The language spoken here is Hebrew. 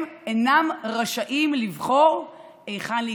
הם אינם רשאים לבחור היכן להתאשפז.